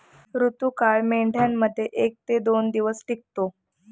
ऋतुकाळ मेंढ्यांमध्ये एक ते दोन दिवस टिकतो